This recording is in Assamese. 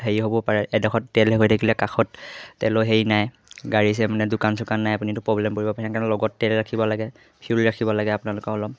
হেৰি হ'ব পাৰে এডখত তেল হৈ থাকিলে কাষত তেলো হেৰি নাই গাড়ী চাইছে মানে দোকান চোকান নাই আপুনিটো প্ৰব্লেম কৰিব পাৰে সেইকাৰণে লগত তেল ৰাখিব লাগে ফিউল ৰাখিব লাগে আপোনালোকে অলপ